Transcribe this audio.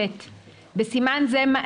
זה לא